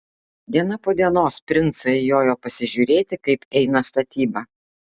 diena po dienos princai jojo pasižiūrėti kaip eina statyba